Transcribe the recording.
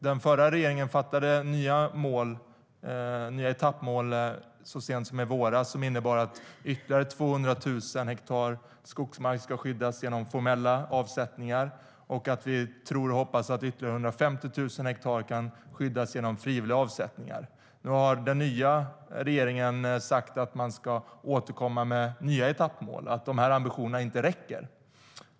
Den förra regeringen fattade så sent som i våras beslut om nya etappmål som innebar att ytterligare 200 000 hektar skogsmark skulle skyddas genom formella avsättningar, och man trodde och hoppades att ytterligare 150 000 hektar kunde skyddas genom frivilliga avsättningar. Den nuvarande regeringen har sagt att man ska återkomma med nya etappmål, att ambitionerna inte räcker.